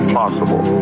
possible